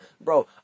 Bro